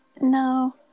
No